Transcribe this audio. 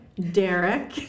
Derek